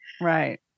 right